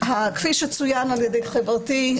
כפי שצוין על ידי חברתי,